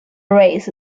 race